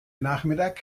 nachmittag